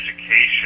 education